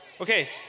Okay